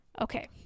Okay